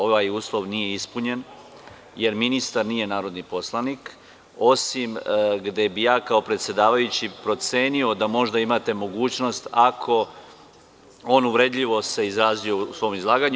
Ovaj uslov nije ispunjen, jer ministar nije narodni poslanik, osim gde bih ja kao predsedavajući procenio da možda imate mogućnost ako se on uvredljivo izrazio u svom izlaganju.